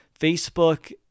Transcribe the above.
Facebook